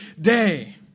day